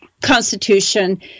Constitution